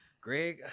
Greg